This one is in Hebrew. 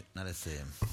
נא לסיים.